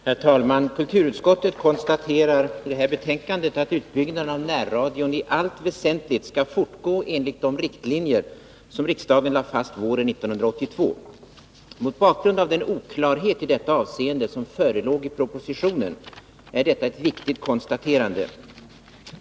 Herr talman! Kulturutskottet konstaterar i sitt betänkande att utbyggnaden av närradion i allt väsentligt skall fortgå enligt de riktlinjer som riksdagen lade fast våren 1982. Mot bakgrund av den oklarhet i detta avseende som förelåg i propositionen är detta ett viktigt konstaterande.